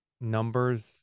numbers